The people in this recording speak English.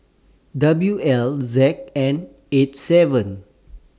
W L Z N eight seven